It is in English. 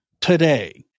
today